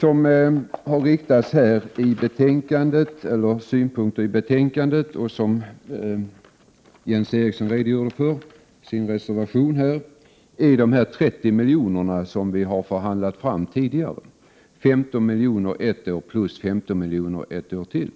De synpunkter som har kommit fram i betänkandet och som Jens Eriksson redogjorde för i reservationen gäller de 30 milj.kr. som har förhandlats fram tidigare — 15 milj.kr. ett år plus 15 milj.kr. ett år till.